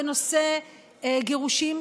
בנושא גירושים,